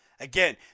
Again